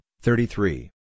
thirty-three